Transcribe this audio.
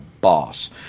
boss